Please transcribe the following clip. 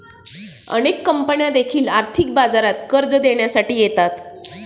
अनेक कंपन्या देखील आर्थिक बाजारात कर्ज देण्यासाठी येतात